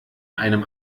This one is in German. einem